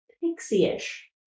pixie-ish